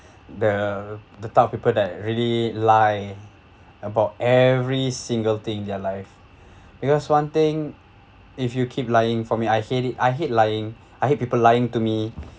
the the type of people that really lie about every single thing their life because one thing if you keep lying for me I hate it I hate lying I hate people lying to me